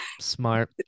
smart